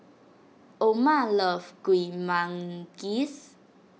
Oma loves Kuih Manggis